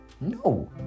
No